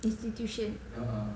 institution